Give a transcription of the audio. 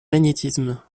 magnétisme